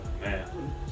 man